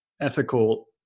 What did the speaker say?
ethical